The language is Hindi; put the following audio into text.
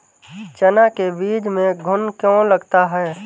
चना के बीज में घुन क्यो लगता है?